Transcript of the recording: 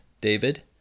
David